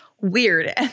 weird